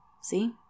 See